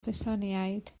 brythoniaid